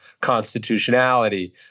constitutionality